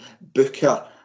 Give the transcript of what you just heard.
booker